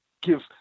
give